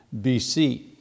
BC